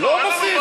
הוא עם הרמקול.